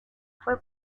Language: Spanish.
fue